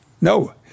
No